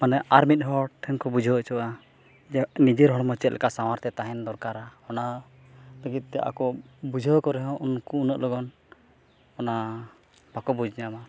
ᱢᱟᱱᱮ ᱟᱨ ᱢᱤᱫᱦᱚᱲ ᱴᱷᱮᱱ ᱠᱚ ᱵᱩᱡᱷᱟᱹᱣ ᱦᱚᱪᱚᱜᱼᱟ ᱡᱮ ᱱᱤᱡᱮᱨ ᱦᱚᱲᱢᱚ ᱪᱮᱫ ᱞᱮᱠᱟ ᱥᱟᱶᱟᱨᱛᱮ ᱛᱟᱦᱮᱱ ᱫᱚᱨᱠᱟᱨᱟ ᱚᱱᱟ ᱞᱟᱹᱜᱤᱫᱛᱮ ᱟᱠᱚ ᱵᱩᱡᱷᱟᱹᱣ ᱠᱚ ᱨᱮᱦᱚᱸ ᱩᱱᱠᱩ ᱩᱱᱟᱹᱜ ᱞᱚᱜᱚᱱ ᱚᱱᱟ ᱵᱟᱠᱚ ᱵᱩᱡᱽ ᱧᱟᱢᱟ